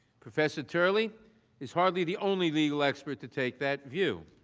professor turley is hardly the only legal expert to take that view.